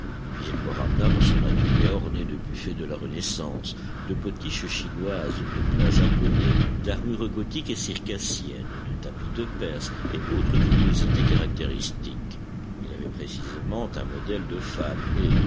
puis il me ramena dans son atelier orné de buffets de la renaissance de potiches chinoises de plats japonais d'armures gothiques et circassiennes de tapis de perse et autres curiosités caractéristiques il avait précisément un modèle de femme et